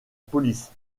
police